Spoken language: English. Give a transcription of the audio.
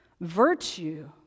Virtue